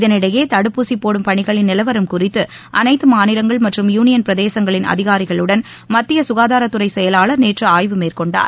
இதனிடையே தடுப்பூசிபோடும் பணிகளின் நிலவரம் குறித்துஅனைத்தமாநிலங்கள் மற்றும் யூனியன் பிரதேசங்களின் அதிகாரிகளுடன் மத்தியசுகாதாரத்துறைசெயலாளர் நேற்றுஆய்வு மேற்கொண்டனர்